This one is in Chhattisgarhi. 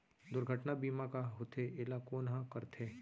दुर्घटना बीमा का होथे, एला कोन ह करथे?